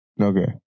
Okay